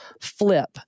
flip